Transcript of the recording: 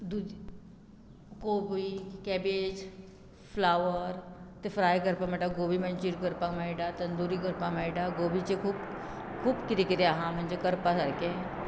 दुदी कोबी cabbage flower ते फ्राय करपाक मेळटा गोबी मंचूर करपाक मेळटा तंदुरी करपाक मेळटा गोबीचे खूब खूब किदें किदें आहा म्हणजे करपा सारकें